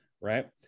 Right